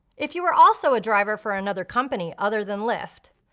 if you are also a driver for another company other than lyft,